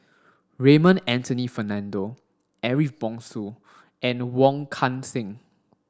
Raymond Anthony Fernando Ariff Bongso and Wong Kan Seng